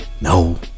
No